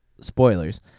Spoilers